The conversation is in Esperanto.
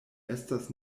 estas